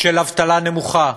של אבטלה נמוכה,